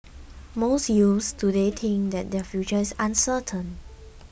most youths today think that their future is uncertain